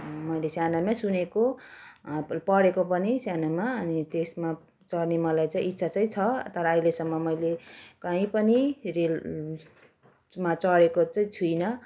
मैले सानोमै सुनेको पढेको पनि सानोमा अनि त्यसमा चढ्ने मलाई चाहिँ इच्छा चाहिँ छ तर अहिलेसम्म मैले कहीँ पनि रेलमा चढेको चाहिँ छुइनँ